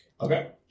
Okay